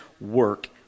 work